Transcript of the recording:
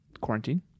quarantine